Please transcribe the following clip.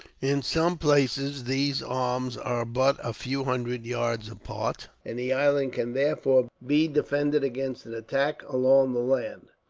in some places these arms are but a few hundred yards apart, and the island can therefore be defended against an attack along the land.